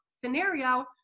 scenario